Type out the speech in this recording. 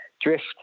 drift